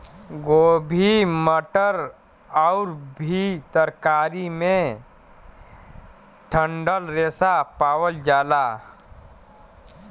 गोभी मटर आउर भी तरकारी में डंठल रेशा पावल जाला